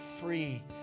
free